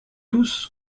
tous